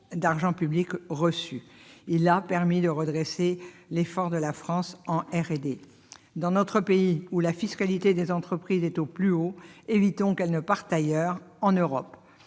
d'argent public reçu. Le CIR a permis de redresser l'effort de la France en R&D. Dans notre pays, où la fiscalité des entreprises est au plus haut, évitons que celles-ci ne partent ailleurs en Europe.